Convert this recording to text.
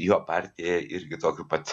jo partija irgi tokiu pat